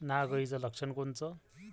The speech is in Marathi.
नाग अळीचं लक्षण कोनचं?